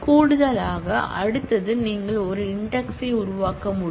கூடுதலாக அடுத்தது நீங்கள் ஒரு இன்டெக்ஸ் உருவாக்க முடியும்